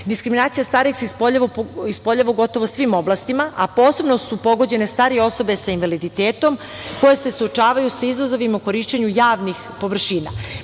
Diskriminacija starih se ispoljava u gotovo svim oblastima, a posebno su pogođene starije osobe sa invaliditetom, koje se suočavaju sa izazovima u korišćenju javnih površina. Mislim